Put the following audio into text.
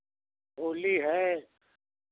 होली है